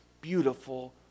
beautiful